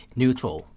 neutral